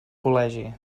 col·legi